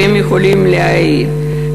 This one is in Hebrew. והם יכולים להעיד,